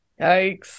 Yikes